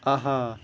آہا